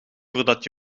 voordat